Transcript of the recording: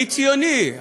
אני ציוני,